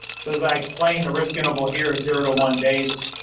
so, as i explained, the risk interval here is zero to one days.